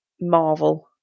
marvel